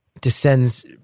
descends